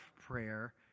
prayer